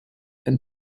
and